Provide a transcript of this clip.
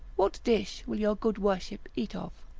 what dish will your good worship eat of?